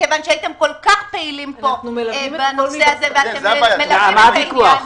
כיוון שהייתם כל כך פעילים פה בנושא הזה ואתם --- על מה הוויכוח?